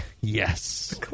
Yes